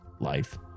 life